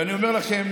ואני אומר לכם,